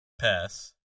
Pass